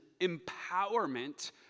empowerment